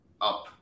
up